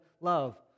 love